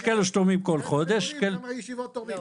יש כאלה שתורמים כל חודש ----- כמה הישיבות תורמות.